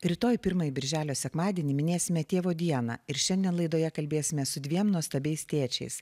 rytoj pirmąjį birželio sekmadienį minėsime tėvo dieną ir šiandien laidoje kalbėsime su dviem nuostabiais tėčiais